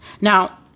Now